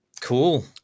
Cool